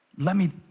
let me